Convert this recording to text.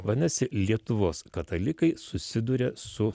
vadinasi lietuvos katalikai susiduria su